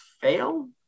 fail